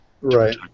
Right